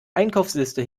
einkaufsliste